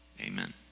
Amen